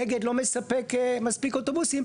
אגד לא מספק מספיק אוטובוסים,